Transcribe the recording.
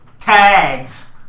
Tags